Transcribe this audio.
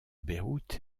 beyrouth